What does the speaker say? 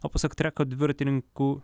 o pasak treko dviratininkų